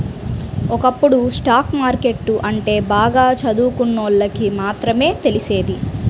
ఒకప్పుడు stock market అంటే బాగా చదువుకున్నోళ్ళకి మాత్రమే తెలిసేది